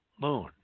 moon